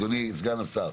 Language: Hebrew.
אדוני סגן השר,